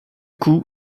coup